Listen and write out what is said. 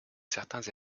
certains